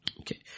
Okay